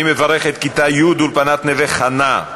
אני מברך את כיתה י' מאולפנת "נווה חנה",